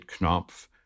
Knopf